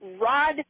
Rod